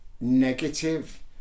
negative